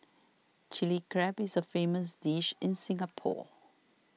Chilli Crab is a famous dish in Singapore